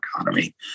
economy